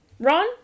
Ron